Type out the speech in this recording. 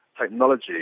Technology